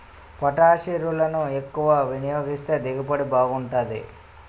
పొటాషిరులను ఎక్కువ వినియోగిస్తే దిగుబడి బాగుంటాది